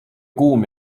kuum